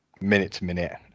minute-to-minute